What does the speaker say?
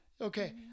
Okay